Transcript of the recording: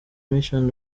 mission